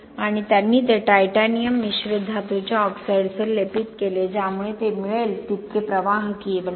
आणि त्यांनी ते टायटॅनियम मिश्रित धातूच्या ऑक्साईडसह लेपित केले ज्यामुळे ते मिळेल तितके प्रवाहकीय बनले